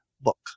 book